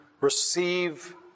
receive